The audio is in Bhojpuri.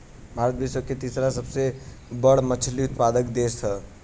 भारत विश्व के तीसरा सबसे बड़ मछली उत्पादक देश ह